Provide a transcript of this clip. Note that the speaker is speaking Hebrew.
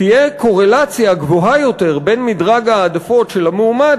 תהיה קורלציה גבוהה יותר בין מדרג ההעדפות של המועמד